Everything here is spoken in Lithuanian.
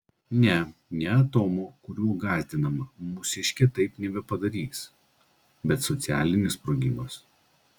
ne ne atomo kuriuo gąsdinama mūsiškė taip nebepadarys bet socialinis sprogimas